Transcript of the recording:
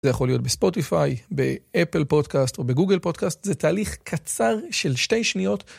זה יכול להיות בספוטיפיי, באפל פודקאסט או בגוגל פודקאסט, זה תהליך קצר של שתי שניות.